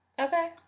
Okay